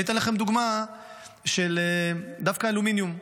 אני אתן לכם דוגמה דווקא של אלומיניום.